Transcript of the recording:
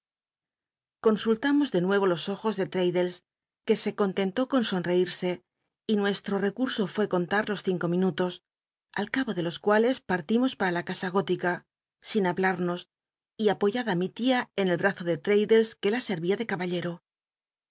consultamos ele nuero los ojos de f addlcs que se conlenló con son eise y nu c t i'o recurso fué conta los cinco minutos al cabo de los r n tlcs partim os para la ca a gótica sin hablamos y po pela mi tia en el brazo de l'radclle que la en ia ele caballero